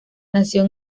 nació